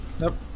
Nope